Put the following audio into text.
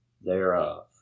thereof